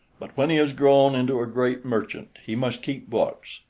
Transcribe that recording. but when he has grown into a great merchant he must keep books,